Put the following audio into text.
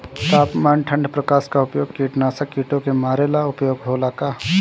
तापमान ठण्ड प्रकास का उपयोग नाशक कीटो के मारे ला उपयोग होला का?